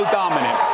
dominant